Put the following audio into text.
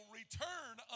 return